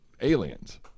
aliens